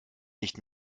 nicht